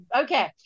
okay